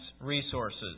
resources